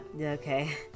Okay